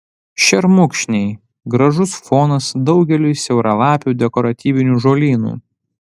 šermukšniai gražus fonas daugeliui siauralapių dekoratyvinių žolynų